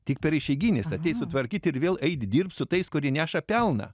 tik per išeigines ateis sutvarkyt ir vėl eit dirbt su tais kurie neša pelną